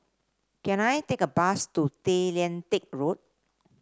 can I take a bus to Tay Lian Teck Road